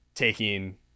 Taking